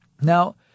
Now